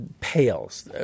Pales